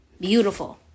beautiful